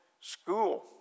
school